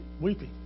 weeping